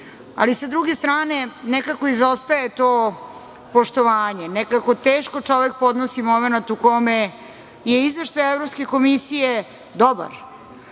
ali sa druge strane, nekako izostaje to poštovanje, nekako teško čovek podnosi momenat u kome je Izveštaj evropske komisije dobar,